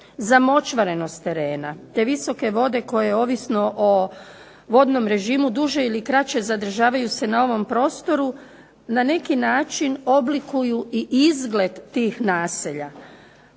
Za močvarnost terena te visoke vode koje ovisno o vodnom režimu duže ili kraće zadržavaju se na ovom prostoru na neki način oblikuju i izgled tih naselja.